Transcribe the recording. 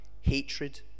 hatred